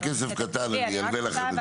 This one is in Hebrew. זה כסף קטן, אני אלווה לכם.